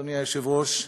אדוני היושב-ראש,